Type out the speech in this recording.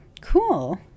cool